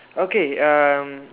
okay um